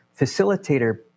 facilitator